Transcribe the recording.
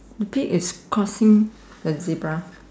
the pig is crossing the zebra